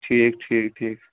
ٹھیٖک ٹھیٖک ٹھیٖک